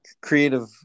Creative